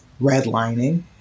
redlining